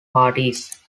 parties